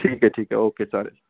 ठीक आहे ठीक आहे ओके चालेल